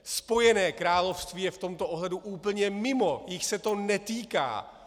Spojené království je v tomto ohledu úplně mimo, jich se to netýká.